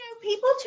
people